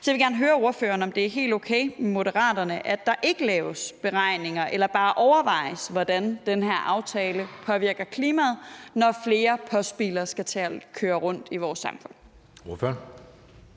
Så jeg vil gerne høre ordføreren, om det er helt okay med Moderaterne, at der ikke laves beregninger på, eller at det bare overvejes, hvordan den her aftale påvirker klimaet, når flere postbiler skal til at køre rundt i vores samfund.